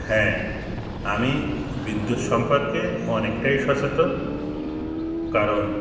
হ্যাঁ আমি বিদ্যুৎ সম্পর্কে অনেকটাই সচেতন কারণ